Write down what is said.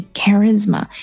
charisma